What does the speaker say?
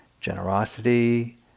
generosity